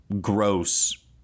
gross